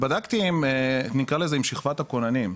ובדקתי עם נקרא לזה עם שכבת הכוננים,